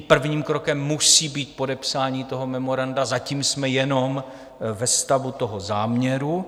Prvním krokem musí být podepsání memoranda, zatím jsme jenom ve stavu toho záměru.